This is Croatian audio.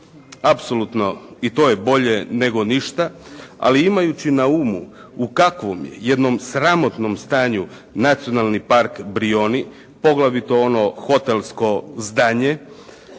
Apsolutno i to je bolje nego ništa, ali imajući na umu u kakvom je jednom sramotnom stanju Nacionalni park Brijuni, poglavito ono hotelsko zdanje